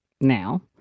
now